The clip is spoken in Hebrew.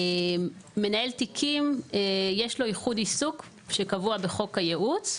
מנהל תיקים יש לו ייחוד עיסוק שקבוע בחוק הייעוץ,